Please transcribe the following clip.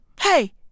Hey